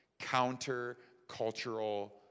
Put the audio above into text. counter-cultural